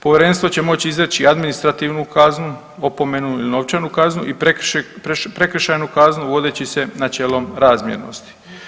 Povjerenstvo će moći izreći administrativnu kaznu, opomenu ili novčanu kaznu i prekršajnu kaznu vodeći se načelom razmjernosti.